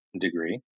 degree